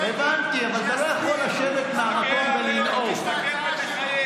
את לא יכולה לנאום מהמקום, בבקשה.